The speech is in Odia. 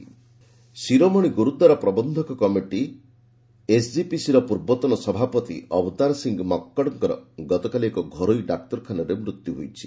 ଅବତାର ସିଂହ ମକ୍କଡ଼ ଶୀରୋମଣି ଗୁରୁଦ୍ୱାରା ପ୍ରବନ୍ଧକ କମିଟି ଏସ୍ଜିପିସିର ପୂର୍ବତନ ସଭାପତି ଅବତାର ସିଂହ ମକ୍କଡ଼ଙ୍କର ଗତକାଲି ଏକ ଘରୋଇ ଡାକ୍ତରଖାନାରେ ମୃତ୍ୟୁ ହୋଇଯାଇଛି